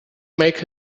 make